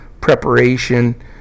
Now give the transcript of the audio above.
preparation